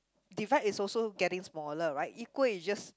divide is also getting smaller right equal is just